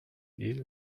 ill